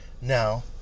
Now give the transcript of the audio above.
Now